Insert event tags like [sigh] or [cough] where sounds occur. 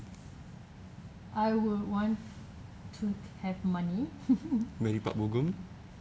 I will want to have money [laughs]